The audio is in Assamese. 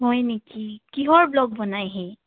হয় নেকি কিহৰ ব্লগ বনাই সি